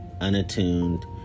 unattuned